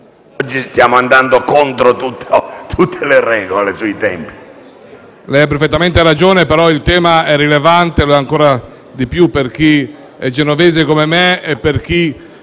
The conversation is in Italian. oggi stiamo andando contro tutte le regole sui tempi.